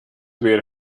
weer